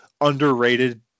Underrated